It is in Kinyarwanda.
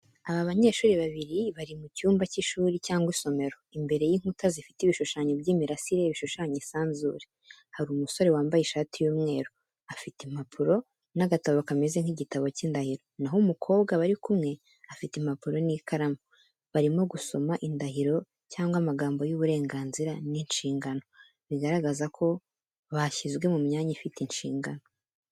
Aba banyeshuri babiri bari mu cyumba cy’ishuri cyangwa isomero, imbere y’inkuta zifite ibishushanyo by’imirasire bishushanya isanzure. Hari umusore wambaye ishati y’umweru, afite impapuro n’agatabo kameze nk’igitabo cy’indahiro, naho umukobwa bari kumwe afite impapuro n’ikaramu. Barimo gusoma indahiro cyangwa amagambo y’uburenganzira n’inshingano, bigaragaza ko bashyizwe mu myanya ifite inshingano.